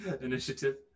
Initiative